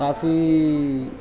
کافی